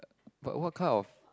but what kind of